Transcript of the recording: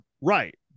right